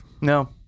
No